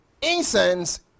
incense